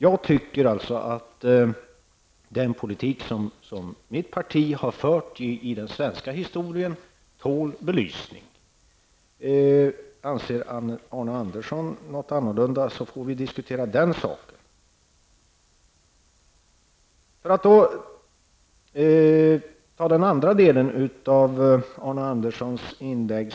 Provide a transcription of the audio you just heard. Jag tycker alltså att den politik som mitt parti har fört genom den svenska historien tål en belysning. Om Arne Andersson i Ljung har en annan uppfattning, får vi väl ta upp en diskussion. Så till en annan sak som togs upp i Arne Anderssons inlägg.